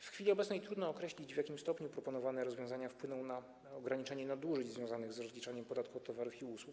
W chwili obecnej trudno określić, w jakim stopniu proponowane rozwiązania wpłyną na ograniczenie nadużyć związanych z rozliczeniem podatku od towarów i usług.